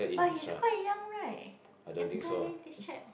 but he's quite young right this guy this chap